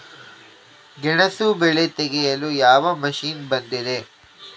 ಗೆಣಸು ಬೆಳೆ ತೆಗೆಯಲು ಯಾವ ಮಷೀನ್ ಬಂದಿದೆ?